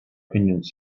opinions